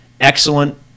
excellent